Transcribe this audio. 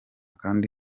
kandi